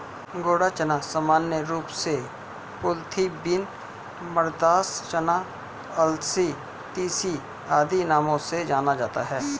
घोड़ा चना सामान्य रूप से कुलथी बीन, मद्रास चना, अलसी, तीसी आदि नामों से जाना जाता है